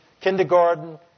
kindergarten